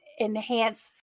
enhance